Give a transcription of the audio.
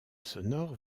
sonore